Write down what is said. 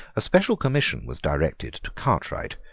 a special commission was directed to cartwright,